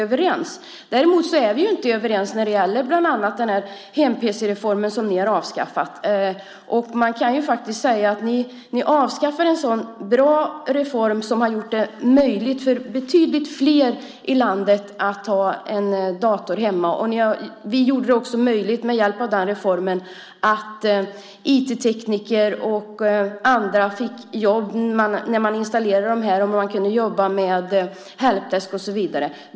Däremot är vi inte överens när det gäller hem-pc-reformen som ni har avskaffat. Man kan faktiskt säga att ni avskaffar en bra reform som har gjort det möjligt för betydligt fler i landet att ha en dator hemma. Med hjälp av den reformen gjorde vi det möjligt för IT-tekniker och andra att få jobb när man installerade. Man kunde jobba med help desk och så vidare.